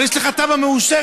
אבל יש לך תב"ע מאושרת.